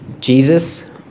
Jesus